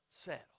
settle